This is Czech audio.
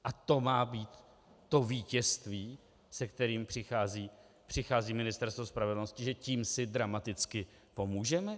A to má být to vítězství, se kterým přichází Ministerstvo spravedlnosti, že tím si dramaticky pomůžeme?